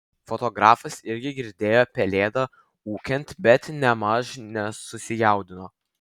fotografas irgi girdėjo pelėdą ūkiant bet nėmaž nesusijaudino